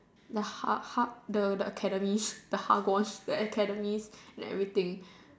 the ha~ ha~ the the academies the the academies and everything